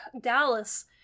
dallas